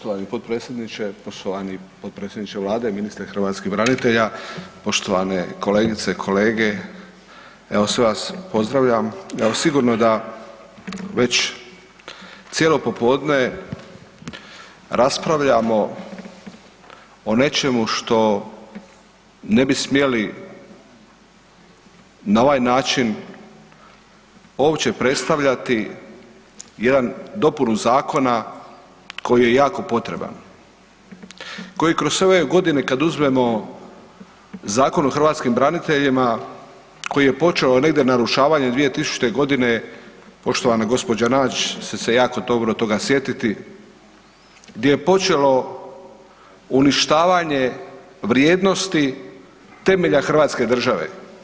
Poštovani potpredsjedniče, poštovani potpredsjedniče Vlade, ministre hrvatskih branitelja, poštovane kolegice, kolege evo sve vas pozdravljam Evo sigurno da već cijelo popodne raspravljamo o nečemu što ne bi smjeli na ovaj način uopće predstavljati, jedan, dopunu zakona koji je jako potreban, koji kroz sve ove godine kad uzmemo Zakon o hrvatskim braniteljima, koji je počeo negdje narušavanjem 2000. godine, poštovana gospođa Nađ će se jako dobro toga sjetiti, gdje je počelo uništavanje vrijednosti temelja Hrvatske države.